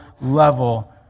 level